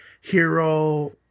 Hero